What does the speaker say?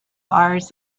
arch